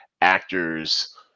actors